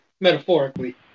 metaphorically